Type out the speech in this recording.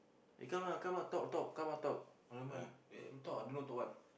eh come ah come ah talk talk come ah talk Rahman wait I don't know talk what